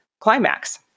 climax